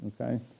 okay